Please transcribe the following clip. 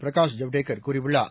பிரகாஷ் ஜவடேகர் கூறியுள்ளார்